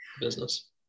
business